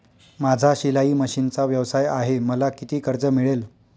माझा शिलाई मशिनचा व्यवसाय आहे मला किती कर्ज मिळेल?